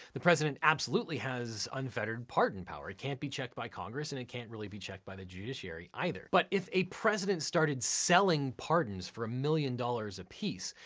the president absolutely has unfettered pardon power. it can't be checked by congress and it can't really be checked by the judiciary either, but if a president started selling pardons for a million dollars apiece,